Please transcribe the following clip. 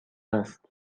است